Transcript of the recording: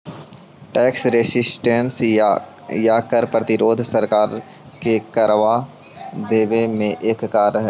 tax resistance या कर प्रतिरोध सरकार के करवा देवे के एक कार्य हई